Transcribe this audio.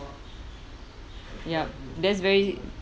yup that's very